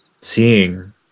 seeing